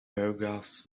paragraphs